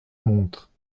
montre